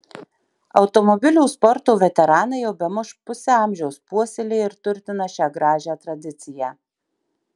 automobilių sporto veteranai jau bemaž pusę amžiaus puoselėja ir turtina šią gražią tradiciją